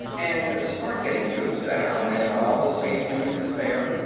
and start getting troops down, and all the spacemen you can spare.